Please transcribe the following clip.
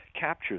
capture